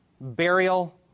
burial